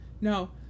no